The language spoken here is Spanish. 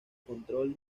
control